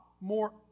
more